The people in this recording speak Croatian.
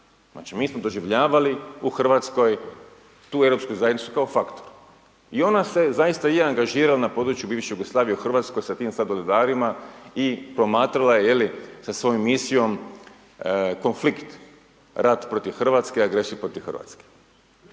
Znači mi smo doživljavali u Hrvatskoj tu europsku zajednicu kao faktor. I ona se zaista je angažirala na području bivše Jugoslavije u Hrvatskoj sa tim sladoledarima i promatrala je jeli sa svojom misijom konflikt, rat protiv Hrvatske, agresiju protiv Hrvatske.